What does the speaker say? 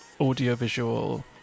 audiovisual